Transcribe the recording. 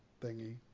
thingy